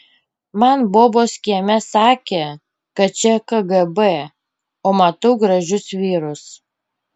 man bobos kieme sakė kad čia kgb o matau gražius vyrus